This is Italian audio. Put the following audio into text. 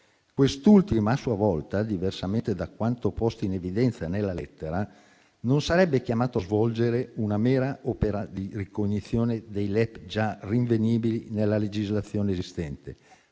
Quest'ultimo, a sua volta, diversamente da quanto posto in evidenza nella lettera, non sarebbe chiamato a svolgere una mera opera di ricognizione dei LEP già rinvenibili nella legislazione esistente,